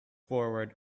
forward